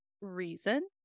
reason